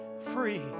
free